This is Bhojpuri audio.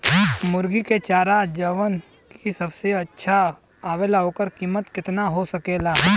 मुर्गी के चारा जवन की सबसे अच्छा आवेला ओकर कीमत केतना हो सकेला?